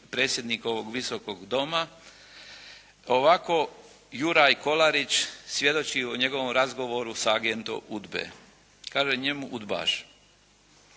predsjednikovog Visokog doma. Ovako Juraj Kolarić svjedoči u njegovom razgovoru sa agentom UDBA-e. Kaže njemu udbaš: